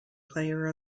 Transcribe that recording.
player